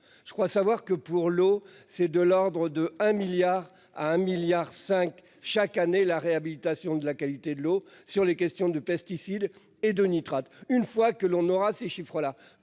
je crois savoir que pour l'eau c'est de l'ordre de 1 milliard à un milliard 5 chaque année, la réhabilitation de la qualité de l'eau sur les questions de pesticides et de nitrates. Une fois que l'on aura ces chiffres là